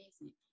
Amazing